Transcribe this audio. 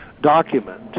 document